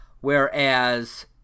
Whereas